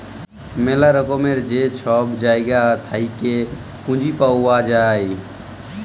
ম্যালা রকমের যে ছব জায়গা থ্যাইকে পুঁজি পাউয়া যায়